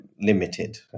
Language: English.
limited